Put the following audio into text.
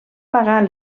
pagar